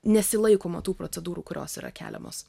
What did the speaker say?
nesilaikoma tų procedūrų kurios yra keliamos